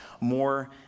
more